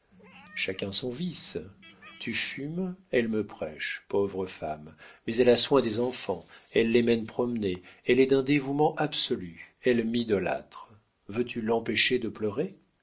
chacun son vice tu fumes elle me prêche pauvre femme mais elle a soin des enfants elle les mène promener elle est d'un dévouement absolu elle m'idolâtre veux-tu l'empêcher de pleurer